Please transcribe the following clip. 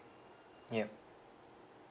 yup